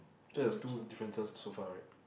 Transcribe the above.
that is two differences so far right